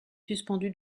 suspendu